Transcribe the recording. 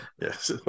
yes